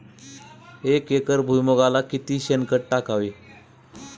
एक एकर भुईमुगाला किती शेणखत टाकावे?